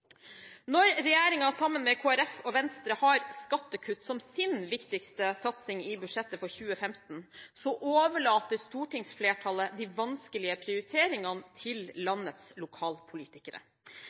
Når regjeringen sammen med Kristelig Folkeparti og Venstre har skattekutt som sin viktigste satsing i budsjettet for 2015, overlater stortingsflertallet de vanskelige prioriteringene til